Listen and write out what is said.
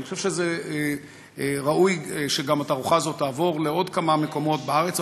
אני חושב שראוי שהתערוכה הזאת גם תעבור לעוד כמה מקומות בארץ,